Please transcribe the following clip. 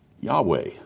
Yahweh